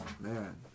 man